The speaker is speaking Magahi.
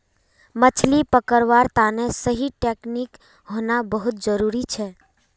मछली पकड़वार तने सही टेक्नीक होना बहुत जरूरी छ